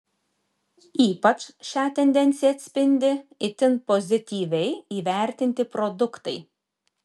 ypač šią tendenciją atspindi itin pozityviai įvertinti produktai